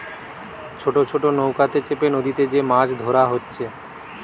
ছোট ছোট নৌকাতে চেপে নদীতে যে মাছ ধোরা হচ্ছে